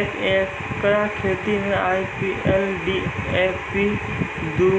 एक एकरऽ खेती मे आई.पी.एल डी.ए.पी दु